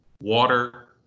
water